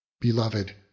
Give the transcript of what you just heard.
Beloved